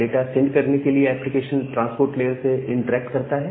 data send करने के लिए एप्लीकेशन ट्रांसपोर्ट लेयर से इंटरेक्ट करता है